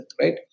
right